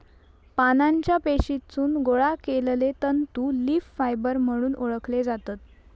पानांच्या पेशीतसून गोळा केलले तंतू लीफ फायबर म्हणून ओळखले जातत